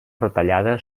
retallada